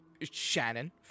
Shannon